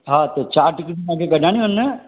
हा त चारि टिकिटूं तांखे कढाईणियूं आहिनि न